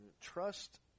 trust